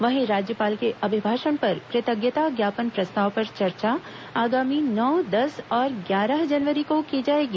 वहीं राज्यपाल के अभिभाषण पर कृतज्ञता ज्ञापन प्रस्ताव पर चर्चा आगामी नौ दस और ग्यारह जनवरी को की जाएगी